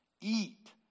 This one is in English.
eat